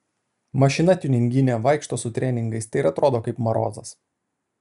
mašina tiuninginė vaikšto su treningais tai ir atrodo kaip marozas